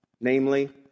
Namely